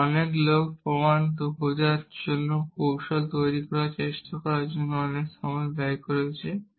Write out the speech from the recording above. এবং অনেক লোক প্রমাণ খোঁজার জন্য কৌশল তৈরি করার চেষ্টা করার জন্য অনেক সময় ব্যয় করেছে